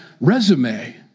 resume